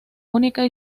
única